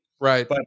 right